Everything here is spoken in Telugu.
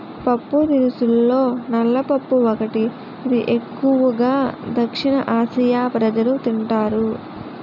పప్పుదినుసుల్లో నల్ల పప్పు ఒకటి, ఇది ఎక్కువు గా దక్షిణఆసియా ప్రజలు తింటారు